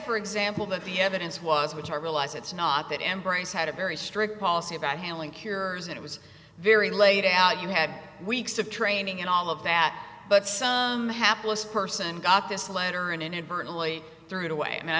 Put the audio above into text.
for example that the evidence was which i realize it's not that embrase had a very strict policy about handling cures it was very laid out you had weeks of training and all of that but some hapless person got this letter and inadvertently threw it away